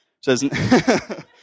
says